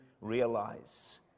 realize